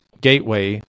gateway